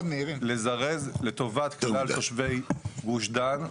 אנחנו מבקשים לזרז לטובת כלל תושבי גוש דן,